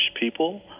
people